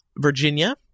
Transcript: Virginia